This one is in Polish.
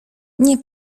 nie